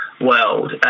world